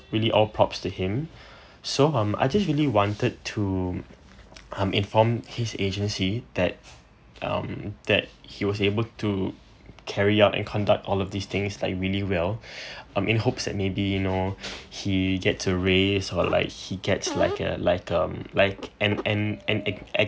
really all props to him so um I just really wanted to um informed his agency that um that he was able to carry out and conduct all of these things like really well um in hopes that maybe you know he get to raise or like he gets like a like um like an an an ack~ ack~